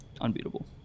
unbeatable